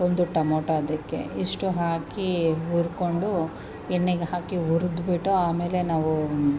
ಒಂದು ಟಮೋಟ ಅದಕ್ಕೆ ಇಷ್ಟು ಹಾಕಿ ಹುರ್ಕೊಂಡು ಎಣ್ಣೆಗೆ ಹಾಕಿ ಹುರಿದ್ಬಿಟ್ಟು ಆಮೇಲೆ ನಾವು